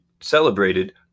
celebrated